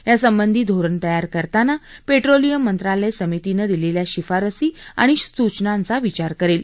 यासंबंधी धोरण तयार करताना पेट्रोलियम मंत्रालय समितीनं दिलेल्या शिफारसी आणि सूचनांचा विचार करेल